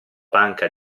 panca